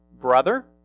Brother